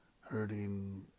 hurting